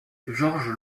georges